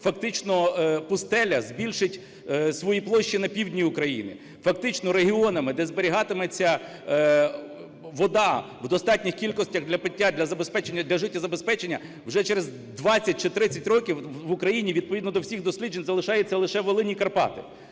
фактично пустеля збільшить свої площі на півдні України, фактично регіонами, де зберігатиметься вода в достатніх кількостях для пиття, для забезпечення, для життєзабезпечення, вже через 20 чи 30 років в Україні відповідно до всіх досліджень залишаються лише Волинь і Карпати.